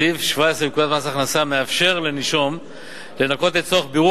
סעיף 17 לפקודת מס הכנסה מאפשר לנישום לנכות לצורך בירור